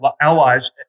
allies